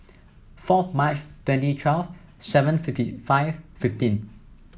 fourth March twenty twelve seven fifty five fifteen